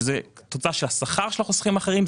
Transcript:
שהן תוצאה מהשכר של חוסכים אחרים.